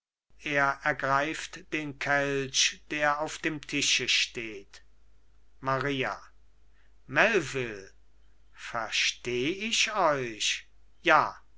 er ergreift den kelch der auf dem tische steht maria melvil versteh ich euch ja